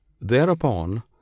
thereupon